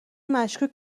مشکوک